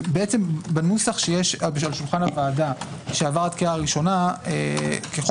בנוסח שנמצא על שולחן הוועדה שעבר קריאה ראשונה ככל